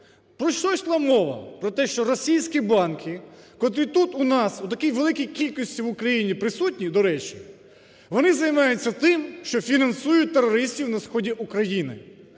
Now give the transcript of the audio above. Про що йшла мова? Про те, що російські банки, котрі тут у нас у такій великій кількості в Україні присутні, до речі, вони займаються тим, що фінансують терористів на сході України.